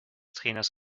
trainers